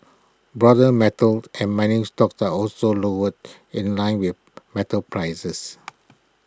broader metals and mining stocks were also lower in line with metal prices